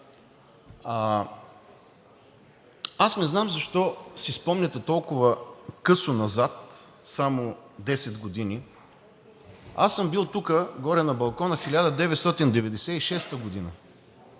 Аз не знам защо си спомняте толкова късо назад, само 10 години, аз съм бил тук – горе на балкона, 1996 г.,